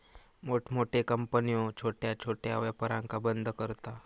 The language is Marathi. मोठमोठे कंपन्यो छोट्या छोट्या व्यापारांका बंद करता